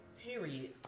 period